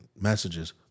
messages